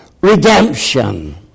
redemption